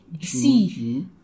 See